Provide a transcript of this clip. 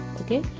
Okay